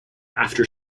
after